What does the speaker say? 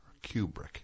Kubrick